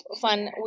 fun